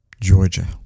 georgia